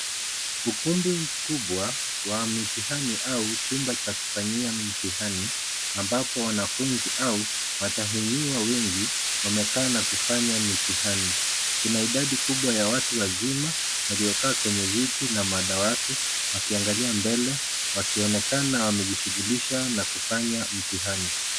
Ukumbi mkubwa wa mitihani au chumba cha kufanyia mtihani amabapo wanafunzi au watahiniwa wengi wamekaa na kufanya mitihani. Kuna idadi kubwa ya watu wazima waliokaa kwenye viti na madawati wakiangalia mbele wakionekana wamejishughulisha na kufanya mtihani.